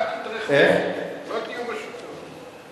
אל תטרחו, לא תהיו בשלטון.